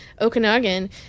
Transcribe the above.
Okanagan